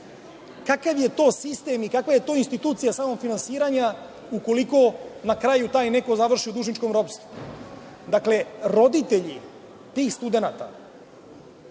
Kakav je to sistem i kakva je to institucija samofinansiranja, ukoliko na kraju taj neko završi u dužničkom ropstvu? Dakle, roditelji tih studenata